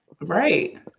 right